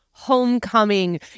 homecoming